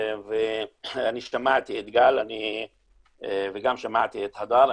אני שמעתי את גל וגם שמעתי את הדר,